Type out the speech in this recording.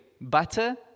butter